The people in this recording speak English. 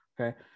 okay